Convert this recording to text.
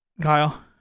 Kyle